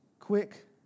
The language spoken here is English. Quick